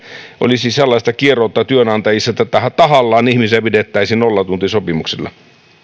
olisi sellaista kieroutta työnantajissa että tahallaan ihmisiä pidettäisiin nollatuntisopimuksilla